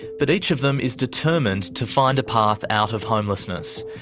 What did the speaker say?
but each of them is determined to find a path out of homelessness.